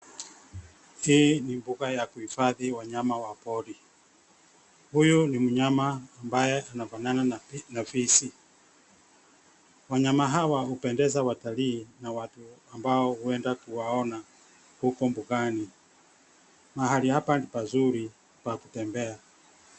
Hii ni mbuga ya kuifadhi wanyama wa poli. Huyu ni mnyama ambaye anayefanana na fisi. Wanyama hawa hupendeza watalii na watu ambao huenda kuwaona huko mbugani mahali hapa ni pazuri pa kutembea.